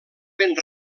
ben